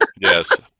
Yes